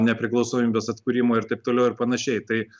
nepriklausomybės atkūrimo ir taip toliau ir panašiai tai